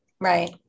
Right